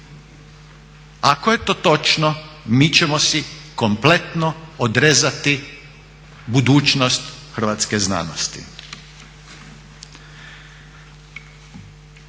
Ako je to točno mi ćemo si kompletno odrezati budućnost hrvatske znanosti.